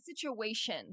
situation